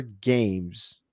games